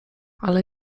ale